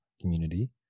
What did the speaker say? community